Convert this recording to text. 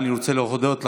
אני אומר לך את זה,